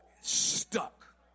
stuck